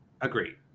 Agreed